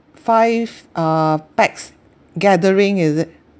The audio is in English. five uh pax gathering is it